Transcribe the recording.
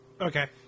Okay